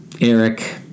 Eric